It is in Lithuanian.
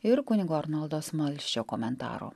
ir kunigo arnoldo smalsčio komentaro